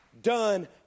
done